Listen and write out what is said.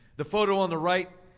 the photo on the right,